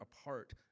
apart